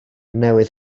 newydd